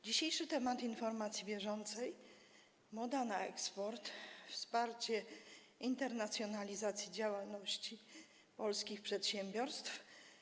Dzisiejszy temat informacji bieżącej to: „Moda na eksport” - wsparcie internacjonalizacji działalności polskich przedsiębiorstw.